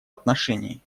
отношении